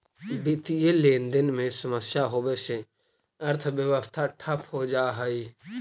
वित्तीय लेनदेन में समस्या होवे से अर्थव्यवस्था ठप हो जा हई